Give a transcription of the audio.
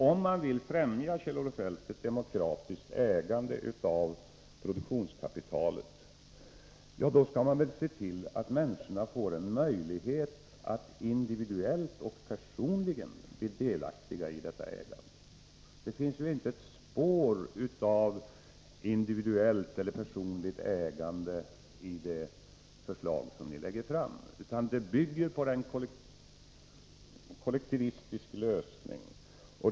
Om man, Kjell Olof Feldt, vill främja ett demokratiskt ägande av produktionskapitalet, då skall man väl se till att människorna får möjlighet att individuellt och personligen bli delaktiga i detta ägande. Men det finns ju inte ett spår av individuellt eller personligt ägande i det förslag som ni lägger fram, utan det bygger på en kollektivistisk lösning.